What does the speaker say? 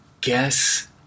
guess